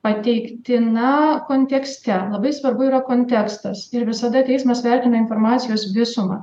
pateiktina kontekste labai svarbu yra kontekstas ir visada teismas vertina informacijos visumą